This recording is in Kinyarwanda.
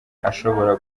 ashobora